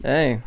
Hey